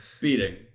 Beating